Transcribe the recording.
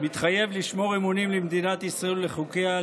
מתחייב לשמור אמונים למדינת ישראל ולחוקיה,